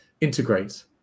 integrate